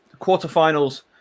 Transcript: quarterfinals